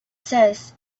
says